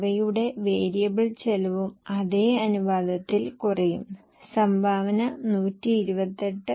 മറ്റ് വരുമാനം PBIT യുടെ അതേ കണക്കാണ് അതായത് 1594 ഉം 1323 ഉം ആണ് പലിശയിൽ മാറ്റമില്ല 129